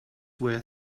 where